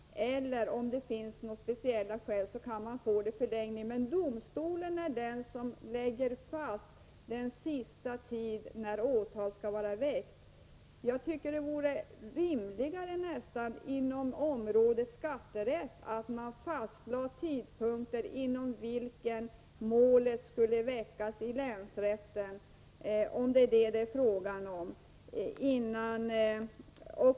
Bara om det finns speciella skäl kan det bli en förlängning. Domstolen är den instans som lägger fast den sista tidpunkt då åtal skall vara väckt. Jag tycker att det nästan är rimligare att man inom området skatterätt fastlägger tidpunkt inom vilken mål skall väckas i länsrätt, om det nu är fråga om det.